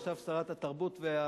עכשיו שרת התרבות והספורט.